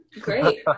Great